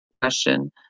question